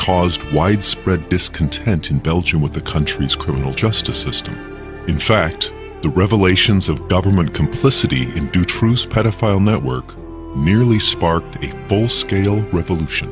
caused widespread discontent in belgium with the country's criminal justice system in fact the revelations of government complicity into truth pedophile network merely sparked a full scale revolution